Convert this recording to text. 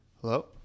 Hello